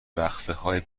وقفههای